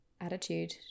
attitude